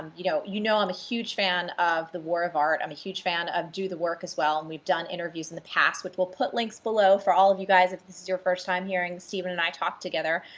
you know, you know i'm a huge fan of the war of art, i'm and a huge fan of do the work as well. and we've done interviews in the past, which we'll put links below for all of you guys if this is your first time hearing steven and i talk together,